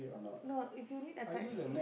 no if you need a tight